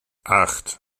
acht